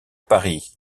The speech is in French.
paris